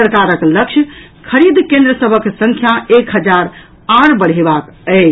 सरकारक लक्ष्य खरीद केंद्र सभक संख्या एक हजार आओर बढ़ेबाक अछि